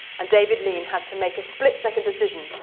and david lean had to make a split-second decision.